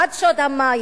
בעד שוד המים,